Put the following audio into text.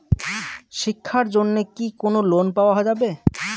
শিক্ষার জন্যে কি কোনো লোন পাওয়া যাবে?